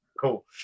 Cool